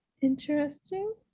interesting